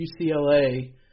UCLA